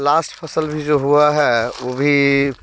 last फ़सल भी जो हुआ है वो भी